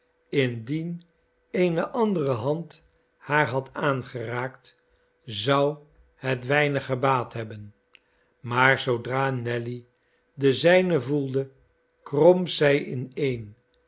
indien eene andere hand haar had aangeraakt zou het weinig gebaat hebben maar zoodra nelly de zijne voelde kromp zij ineen